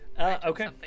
Okay